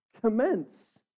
commence